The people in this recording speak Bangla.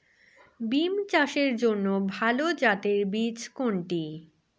বিম চাষের জন্য ভালো জাতের বীজ কোনটি?